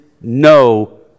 no